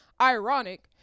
ironic